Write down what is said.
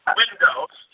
windows